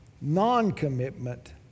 Non-commitment